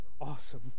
awesome